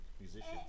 musicians